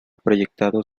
proyectado